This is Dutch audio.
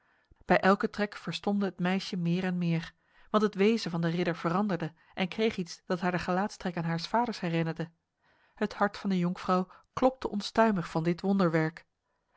bij elke trek verstomde het meisje meer en meer want het wezen van de ridder veranderde en kreeg iets dat haar de gelaatstrekken haars vaders herinnerde het hart van de jonkvrouw klopte onstuimig van dit wonderwerk